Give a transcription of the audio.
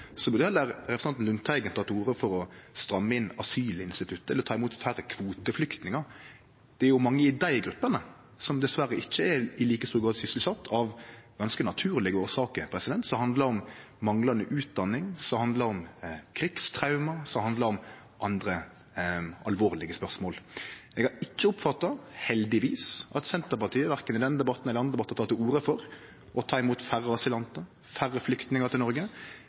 burde representanten Lundteigen heller ta til orde for å stramme inn asylinstituttet eller ta imot færre kvoteflyktningar. Det er jo mange i dei gruppene som dessverre ikkje i like stor grad er sysselsette, av ganske naturlege årsakar. Det handlar om manglande utdanning, krigstraume og andre alvorlege spørsmål. Eg har ikkje oppfatta – heldigvis – at Senterpartiet, verken i denne debatten eller i andre debattar, har teke til orde for å ta imot færre asylantar og færre flyktningar i Noreg.